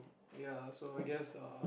ya so I guess uh